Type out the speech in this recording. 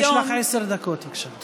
יש לך עשר דקות, בבקשה.